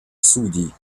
судей